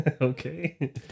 Okay